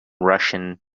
russian